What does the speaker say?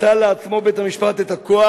נטל לעצמו בית-המשפט את הכוח"